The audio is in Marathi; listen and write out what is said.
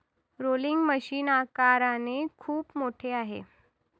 रोलिंग मशीन आकाराने खूप मोठे आहे